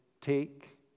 take